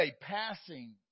passing